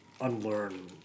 unlearn